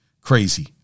crazy